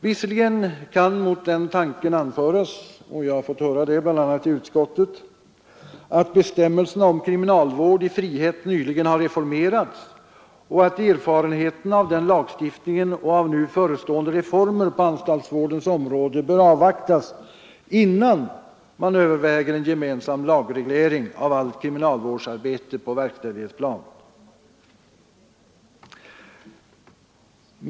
Visserligen kan mot denna tanke anföras — och jag har fått höra det bl.a. i utskottet — att bestämmelserna om kriminalvård i frihet nyligen har reformerats och att erfarenheterna av den lagstiftningen och av nu förestående reformer på anstaltsvårdens område bör avvaktas, innan man överväger en gemensam lagreglering av allt kriminalvårdsarbete på verkställighetsplanet.